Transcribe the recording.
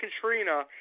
Katrina